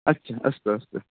अस्तु अस्तु